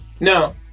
No